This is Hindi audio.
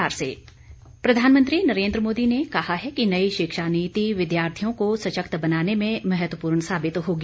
प्रधानमंत्री शिक्षा नीति प्रधानमंत्री नरेन्द्र मोदी ने कहा है कि नई शिक्षा नीति विद्यार्थियों को सशक्त बनाने में महत्वपूर्ण साबित होगी